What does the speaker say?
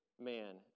man